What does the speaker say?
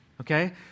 okay